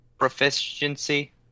proficiency